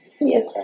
Yes